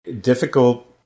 difficult